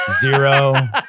zero